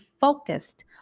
focused